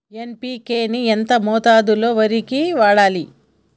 NPK ని ఎంత మోతాదులో వరికి వాడాలి?